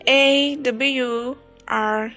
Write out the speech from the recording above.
awr